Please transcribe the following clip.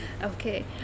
Okay